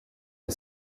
and